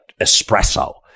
espresso